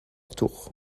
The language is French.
tour